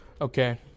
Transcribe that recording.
Okay